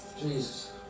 Jesus